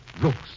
looks